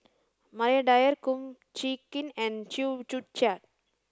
Maria Dyer Kum Chee Kin and Chew Joo Chiat